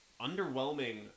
underwhelming